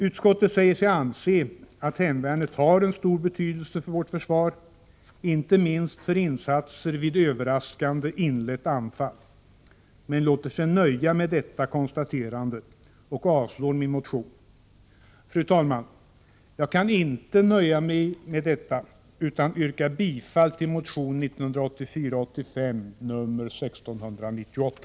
Utskottet säger sig anse att hemvärnet har stor betydelse för vårt försvar, inte minst för insatser vid överraskande inlett anfall, men låter sig nöja med detta konstaterande och avstyrker min motion. Fru talman! Jag kan inte nöja mig med detta, utan yrkar bifall till motion 1984/85:1698.